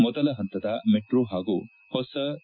ಮೊದಲ ಪಂತದ ಮೆಟೋ ಪಾಗೂ ಹೊಸ ಇ